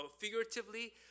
figuratively